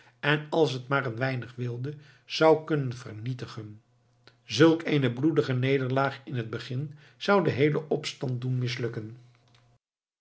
en als het maar een weinig wilde zou kunnen vernietigen zulk eene bloedige nederlaag in het begin zou den heelen opstand doen mislukken